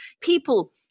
People